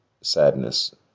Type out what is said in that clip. sadness